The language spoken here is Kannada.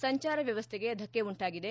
ಸಂಚಾರ ವ್ಯವಸ್ಠೆಗೆ ಧಕ್ಕೆ ಉಂಟಾಗಿದೆ